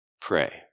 pray